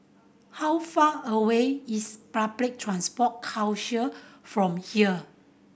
how far away is Public Transport Council from here